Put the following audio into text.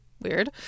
Weird